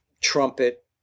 trumpet